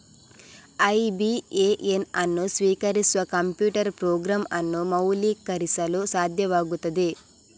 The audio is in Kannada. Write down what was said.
ಐ.ಬಿ.ಎ.ಎನ್ ಅನ್ನು ಸ್ವೀಕರಿಸುವ ಕಂಪ್ಯೂಟರ್ ಪ್ರೋಗ್ರಾಂ ಅನ್ನು ಮೌಲ್ಯೀಕರಿಸಲು ಸಾಧ್ಯವಾಗುತ್ತದೆ